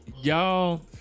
Y'all